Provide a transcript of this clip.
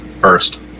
First